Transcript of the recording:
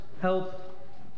help